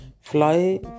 Fly